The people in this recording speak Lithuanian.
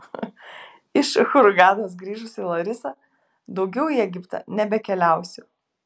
iš hurgados grįžusi larisa daugiau į egiptą nebekeliausiu